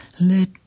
Let